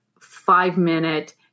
five-minute